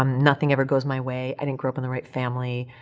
um nothing ever goes my way, i didn't grow up in the right family,